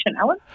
Alan